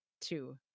two